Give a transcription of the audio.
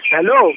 Hello